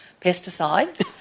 pesticides